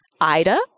Ida